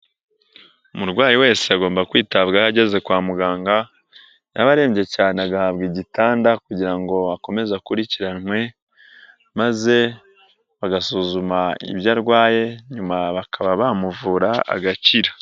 Umurwayi wese agomba kwitabwaho ageze kwa muganga, yaba arembye cyane agahabwa igitanda kugira ngo akomeze akurikiranwe, maze bagasuzuma ibyo arwaye nyuma bakaba bamuvura agakira.